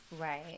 right